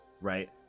right